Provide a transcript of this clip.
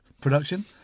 production